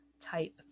type